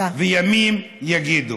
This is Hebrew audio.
וימים יגידו.